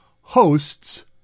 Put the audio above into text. hosts